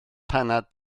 paned